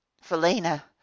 felina